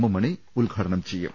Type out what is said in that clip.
M Mani ഉദ്ദ്ഘാടനം ചെയ്യും